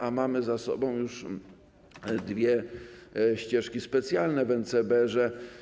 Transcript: A mamy za sobą już dwie ścieżki specjalne w NCBR.